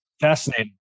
Fascinating